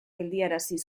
geldiarazi